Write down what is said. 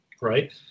right